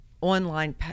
online